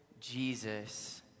Jesus